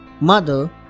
Mother